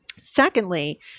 Secondly